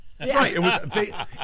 Right